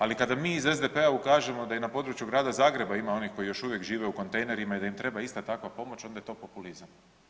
Ali, kada mi iz SDP-a ukažemo da i na području grada Zagreba ima onih koji još uvijek žive u kontejnerima i da im treba ista takva pomoć, onda je to populizam.